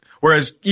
Whereas